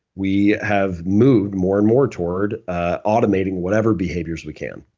we have moved more and more toward ah automating whatever behaviors we can.